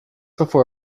before